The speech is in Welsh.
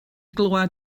glywed